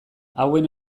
hauen